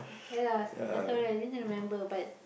yes uh sorry I didn't remember but